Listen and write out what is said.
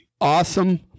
Awesome